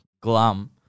glum